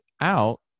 out